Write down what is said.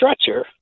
stretcher